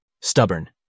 Stubborn